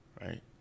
right